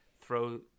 throw